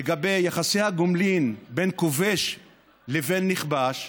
לגבי יחסי הגומלין בין כובש לבין נכבש,